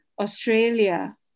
Australia